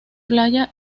playa